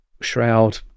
shroud